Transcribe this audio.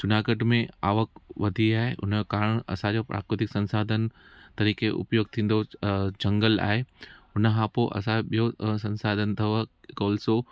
जूनागढ में आवक वधी आहे हुन यो कारण असांजो प्राक्रुतिक संसाधन तरीक़े उपयोग थींदो जंगल आहे हुन खां पोइ असांयो ॿियो संसाधन अथव गोल्सो